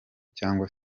cyangwa